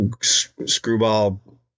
screwball